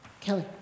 Kelly